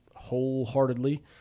wholeheartedly